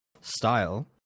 style